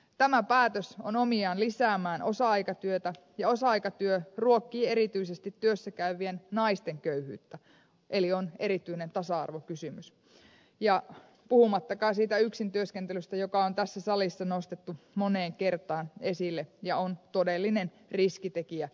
tämä päätös on omiaan lisäämään osa aikatyötä ja osa aikatyö ruokkii erityisesti työssä käyvien naisten köyhyyttä eli on erityinen tasa arvokysymys puhumattakaan siitä yksintyöskentelystä joka on tässä salissa nostettu moneen kertaan esille ja on todellinen riskitekijä meidän yhteiskunnassamme